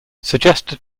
suggested